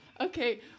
Okay